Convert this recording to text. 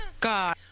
god